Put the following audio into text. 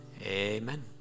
Amen